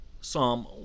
Psalm